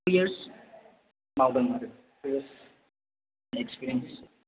फिएस मावदों आरो फिएसनि एक्सफरिएन्स